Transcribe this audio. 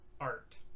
art